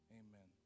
amen